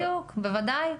בדיוק, בוודאי.